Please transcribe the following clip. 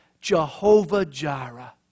Jehovah-Jireh